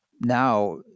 Now